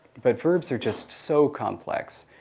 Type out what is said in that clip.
but verbs are just so complex.